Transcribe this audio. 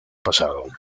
pasado